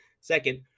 Second